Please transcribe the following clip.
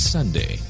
Sunday